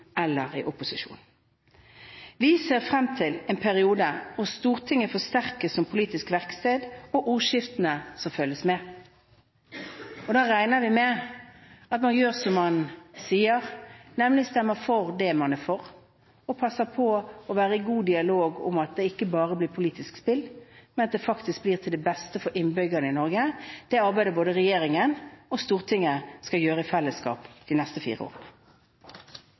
eller opposisjon. Vi ser frem til en periode hvor Stortinget forsterkes som politisk verksted, og vi ser frem til ordskiftene som følger med. Da regner vi med at man gjør som man sier, nemlig stemmer for det man er for og passer på å være i god dialog om at det ikke bare blir politisk spill, men at det arbeidet som regjeringen og Stortinget skal gjøre i fellesskap de neste fire årene,